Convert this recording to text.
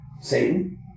Satan